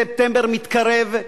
ספטמבר מתקרב,